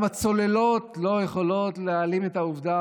גם הצוללות לא יכולות להעלים את העובדה,